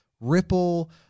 Ripple